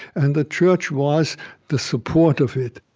and the church was the support of it